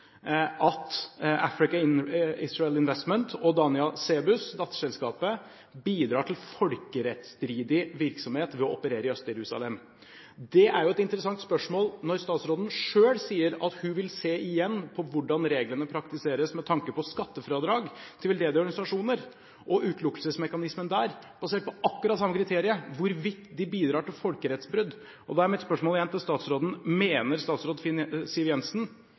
at Africa Israel Investments og datterselskapet Danya Cebus bidrar til folkerettsstridig virksomhet ved å operere i Øst-Jerusalem. Det er jo et interessant spørsmål når statsråden selv sier at hun igjen vil se på hvordan reglene praktiseres med tanke på skattefradrag for veldedige organisasjoner og utelukkelsesmekanismer der basert på akkurat det samme kriteriet – hvorvidt de bidrar til folkerettsbrudd. Dermed er igjen mitt spørsmål til statsråden: Mener statsråd Siv Jensen